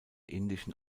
indischen